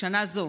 לשנה זו,